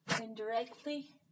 indirectly